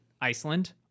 Iceland